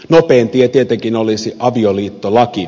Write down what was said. nopein tie tietenkin olisi avioliittolaki